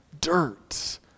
dirt